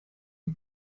the